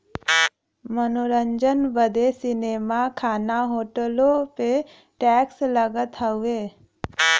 मनोरंजन बदे सीनेमा, खाना, होटलो पे टैक्स लगत हउए